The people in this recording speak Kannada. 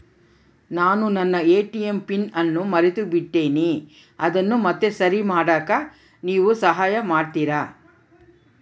ನಾನು ನನ್ನ ಎ.ಟಿ.ಎಂ ಪಿನ್ ಅನ್ನು ಮರೆತುಬಿಟ್ಟೇನಿ ಅದನ್ನು ಮತ್ತೆ ಸರಿ ಮಾಡಾಕ ನೇವು ಸಹಾಯ ಮಾಡ್ತಿರಾ?